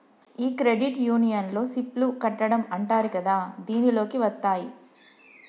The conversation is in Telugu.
ఈ క్రెడిట్ యూనియన్లో సిప్ లు కట్టడం అంటారు కదా దీనిలోకి వత్తాయి